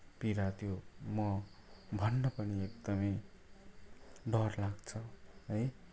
पीडा त्यो म भन्न पनि एकदमै डरलाग्छ है